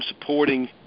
supporting